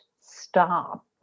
stop